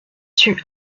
tue